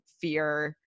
fear